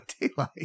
daylight